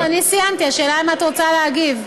לא, אני סיימתי, השאלה אם את רוצה להגיב.